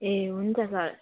ए हुन्छ सर